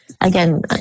Again